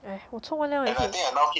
!aiya! 我冲完凉也会